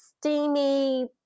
steamy